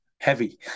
heavy